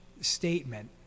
statement